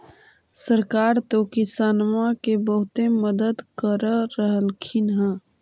सरकार तो किसानमा के बहुते मदद कर रहल्खिन ह?